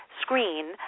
screen